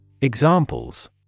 Examples